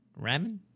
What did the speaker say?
Ramen